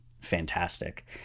fantastic